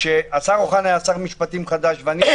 כשהשר אוחנה היה שר משפטים חדש ואני